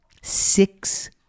six